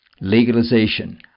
legalization